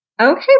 Okay